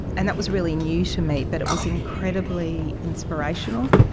and that was really new to me but it was incredibly inspirational.